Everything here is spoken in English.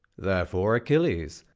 therefore achilles.